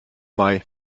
mai